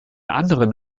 anderen